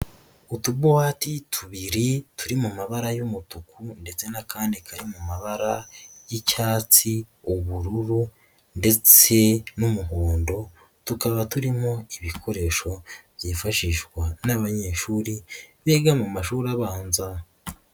Utubuwati tubiri turi mu mabara y'umutuku ndetse n'akandi kari mu mabara y'icyatsi, ubururu ndetse n'umuhondo, tukaba turimo ibikoresho byifashishwa n'abanyeshuri biga mu mashuri abanza.